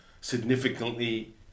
significantly